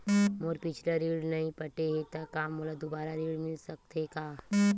मोर पिछला ऋण नइ पटे हे त का मोला दुबारा ऋण मिल सकथे का?